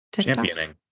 championing